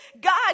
God